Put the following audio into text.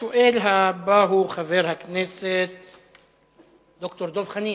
השואל הבא הוא חבר הכנסת ד"ר דב חנין,